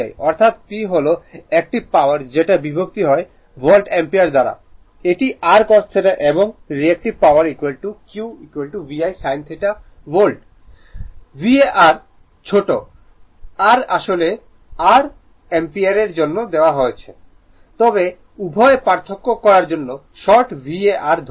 অর্থাৎ P হল active power যেটা বিভক্ত হয় ভোল্ট অ্যামপিয়ার দ্বারা এটি r cos θ এবং reactive power Q VI sin θ volt ampere VAR VA R V ছোট r আসলে r অ্যাম্পিয়ারের জন্য দেওয়া আছে তবে উভয় পার্থক্য করার জন্য শর্ট VAR ধরুন